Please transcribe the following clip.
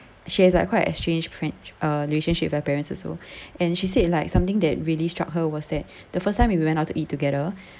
she has like quite a strange friendsh~ uh relationship with her parents also and she said like something that really struck her was that the first time we we went out to eat together